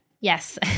Yes